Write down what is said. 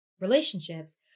relationships